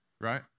right